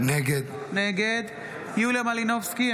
נגד יוליה מלינובסקי,